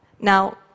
Now